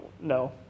no